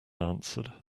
answered